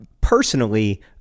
personally